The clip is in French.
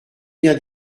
bien